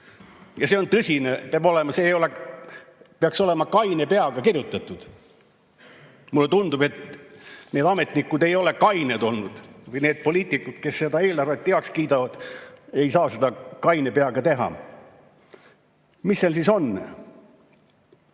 Ja see on tõsine asi, see peaks olema kaine peaga kirjutatud. Mulle aga tundub, et need ametnikud ei ole kained olnud või need poliitikud, kes selle eelarve heaks kiidavad, ei saa seda kaine peaga teha. Mis seal siis on?